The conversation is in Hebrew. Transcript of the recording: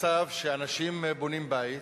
מצב שאנשים בונים בית